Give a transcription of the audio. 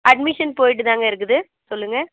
admission போய்ட்டு தாங்க இருக்குது சொல்லுங்கள்